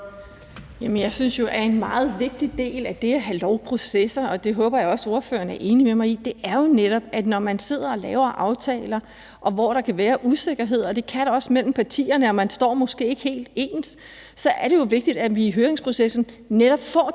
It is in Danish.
det er en meget vigtig del af det at have en lovproces – og det håber jeg også at ordføreren er enig med mig i – jo netop er, at når man sidder og laver aftaler, hvor der kan være usikkerheder, og det kan der også være mellem partierne, og man står måske ikke helt ens, så er det jo vigtigt, at vi i høringsprocessen netop får de